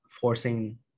forcing